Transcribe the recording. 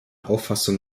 auffassung